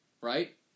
right